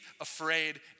afraid